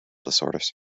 disorders